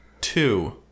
two